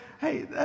hey